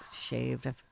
shaved